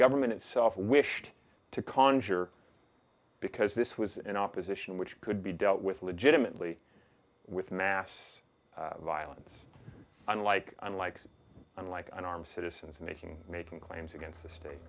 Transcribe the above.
government itself wished to conjure because this was an opposition which could be dealt with legitimately with mass violence unlike unlike unlike an armed citizens making making claims against a state